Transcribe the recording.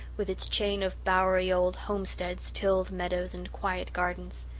with its chain of bowery old homesteads, tilled meadows and quiet gardens.